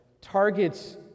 targets